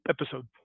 episode